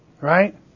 Right